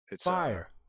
fire